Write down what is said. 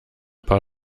paar